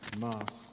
mask